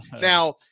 now